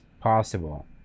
possible